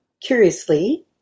Curiously